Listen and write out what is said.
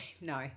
No